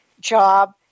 Job